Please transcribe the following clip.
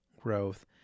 growth